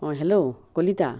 অঁ হেল্ল' কলিতা